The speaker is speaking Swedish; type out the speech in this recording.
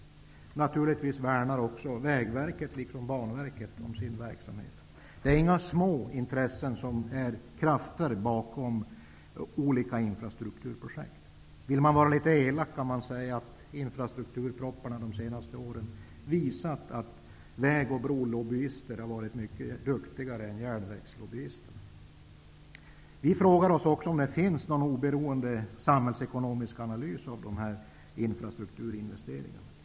Naturligtvis värnar också Vägverket liksom Det är inga små intressen som är krafter bakom olika infrastrukturprojekt. Vill man vara litet elak kan man säga att infrastrukturpropositionerna de senaste åren har visat att väg och brolobbyister har varit mycket duktigare än järnvägslobbyister. Vi frågar oss om det finns någon oberoende samhällsekonomisk analys av de här infrastrukturinvesteringarna.